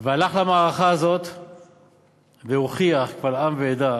והלך למערכה הזאת והוכיח קבל עם ועדה